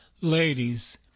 ladies